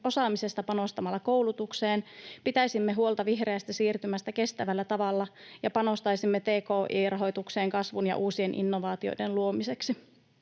osaamisesta panostamalla koulutukseen, pitäisimme huolta vihreästä siirtymästä kestävällä tavalla ja panostaisimme tki-rahoitukseen kasvun ja uusien innovaatioiden luomiseksi.